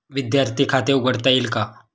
विद्यार्थी खाते उघडता येईल का?